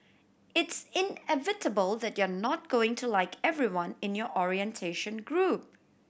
it's inevitable that you're not going to like everyone in your orientation group